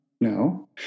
No